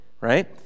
right